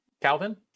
Calvin